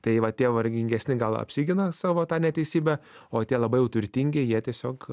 tai va tie vargingesni gal apsigina savo tą neteisybę o tie labai jau turtingi jie tiesiog